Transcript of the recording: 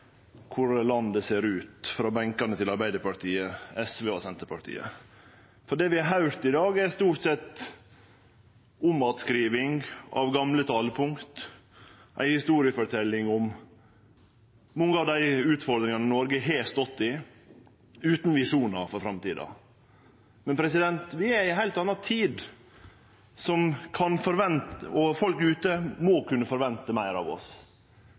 landet ser ut frå benkane til Arbeidarpartiet, SV og Senterpartiet. For det vi har høyrt i dag, er stort sett omattskriving av gamle talepunkt, ei historieforteljing om mange av dei utfordringane Noreg har stått i, utan visjonar for framtida. Men vi er i ei heilt anna tid, og folk ute må kunne forvente meir av oss